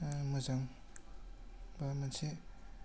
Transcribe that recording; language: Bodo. मोजां बा मोनसे